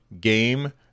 game